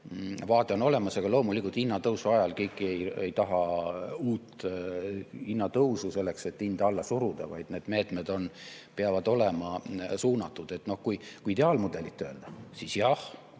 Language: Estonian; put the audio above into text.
vaade on olemas. Aga loomulikult, hinnatõusu ajal ei taha keegi uut hinnatõusu selleks, et hinda alla suruda, vaid need meetmed peavad olema suunatud. Kui ideaalmudeli [vaatest] öelda, siis jah,